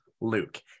luke